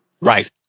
Right